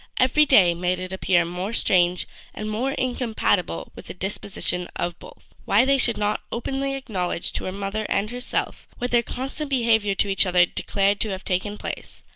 every day made it appear more strange and more incompatible with the disposition of both. why they should not openly acknowledge to her mother and herself, what their constant behaviour to each other declared to have taken place,